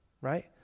right